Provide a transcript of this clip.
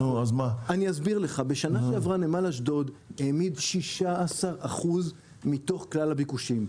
אני אסביר לך: בשנה שעברה נמל אשדוד העמיד 16% מתוך כלל הביקושים.